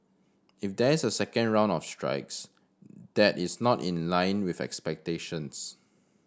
if there is a second round of strikes that is not in line with expectations